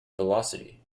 velocity